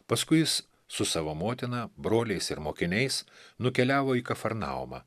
paskui jis su savo motina broliais ir mokiniais nukeliavo į kafarnaumą